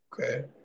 Okay